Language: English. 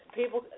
people